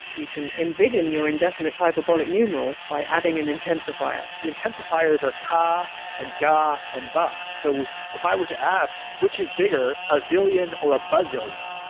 you can embiggen your indefinite hyperbolic numeral by adding an intensifier the intensifiers are ka and ga and ba. so if i were to ask, which is bigger a zillion or a bazillion?